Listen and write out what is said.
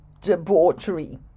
debauchery